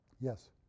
Yes